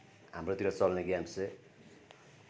हाम्रोतिर चल्ने गेम्स चाहिँ